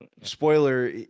spoiler